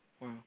wow